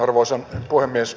arvoisa puhemies